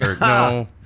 No